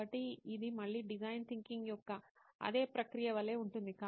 కాబట్టి ఇది మళ్ళీ డిజైన్ థింకింగ్ యొక్క అదే ప్రక్రియ వలె ఉంటుంది